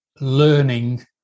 learning